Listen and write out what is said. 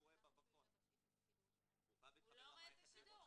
רואה --- הוא לא רואה את השידור,